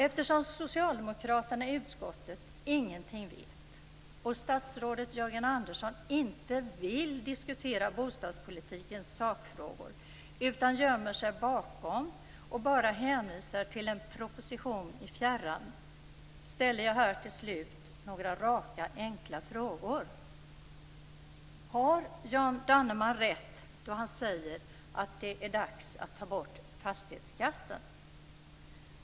Eftersom socialdemokraterna i utskottet ingenting vet och statsrådet Jörgen Andersson inte vill diskutera bostadspolitikens sakfrågor, utan gömmer sig bakom och bara hänvisar till en proposition i fjärran, ställer jag här till slut några raka enkla frågor. Har Jan Danneman rätt då han säger att det är dags att ta bort fastighetsskatten?